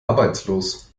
arbeitslos